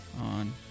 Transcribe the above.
on